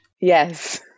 yes